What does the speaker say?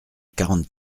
quarante